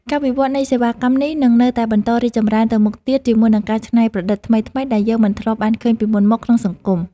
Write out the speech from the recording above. ការវិវត្តនៃសេវាកម្មនេះនឹងនៅតែបន្តរីកចម្រើនទៅមុខទៀតជាមួយនឹងការច្នៃប្រឌិតថ្មីៗដែលយើងមិនធ្លាប់បានឃើញពីមុនមកក្នុងសង្គម។